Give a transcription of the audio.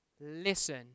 Listen